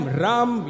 Ram